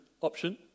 option